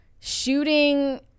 Shooting